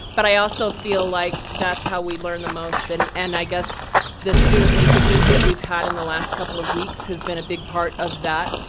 but i also feel like that's how we learn the most, and and i guess the student linkages that we've had in the last couple of weeks has been a big part of that.